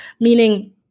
meaning